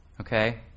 Okay